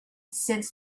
since